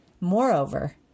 Moreover